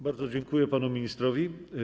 Bardzo dziękuję panu ministrowi.